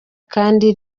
kandi